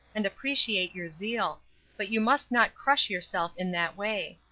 and appreciate your zeal but you must not crush yourself in that way.